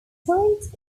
sometimes